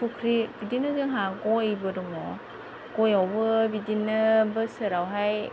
फुख्रि बिदिनो जोंहा गयबो दङ गयावबो बिदिनो बोसोरावहाय